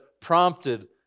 prompted